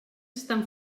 estan